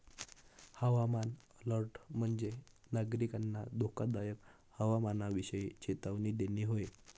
हवामान अलर्ट म्हणजे, नागरिकांना धोकादायक हवामानाविषयी चेतावणी देणे आहे